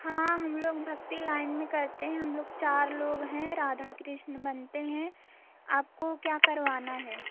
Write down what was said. हाँ हम लोग भक्ति लाइन में करते हैं हम लोग चार लोग हैं राधा कृष्ण बनते हैं आपको क्या करवाना है